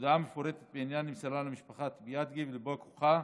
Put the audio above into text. הודעה מפורטת בעניין נמסרה למשפחת ביאדגה ולבא כוחה.